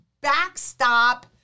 backstop